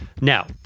Now